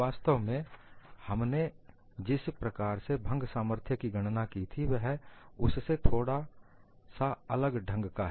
वास्तव में हमने जिस प्रकार से भंग सामर्थ्य की गणना की थी यह उससे थोड़ा सा अलग ढंग का है